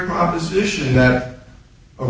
proposition that o